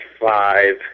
five